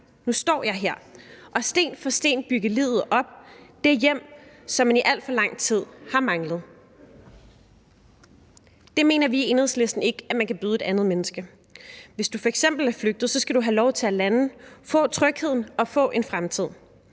nu står jeg her, og sten for sten bygger jeg livet op, det hjem, som man i alt for lang tid har manglet. Det mener vi i Enhedslisten ikke, at man kan byde et andet menneske. Hvis du f.eks. er flygtet, skal du have lov til at lande, få trygheden og få en fremtid.